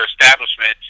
establishment